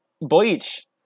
Bleach